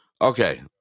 Okay